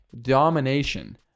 domination